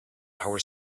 power